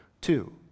two